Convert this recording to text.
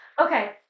Okay